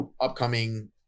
upcoming